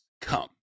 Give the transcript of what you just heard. come